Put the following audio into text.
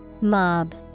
Mob